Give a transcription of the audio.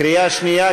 בקריאה שנייה,